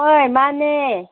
ꯍꯣꯏ ꯃꯥꯟꯅꯦ